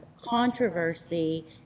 controversy